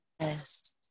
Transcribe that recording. Yes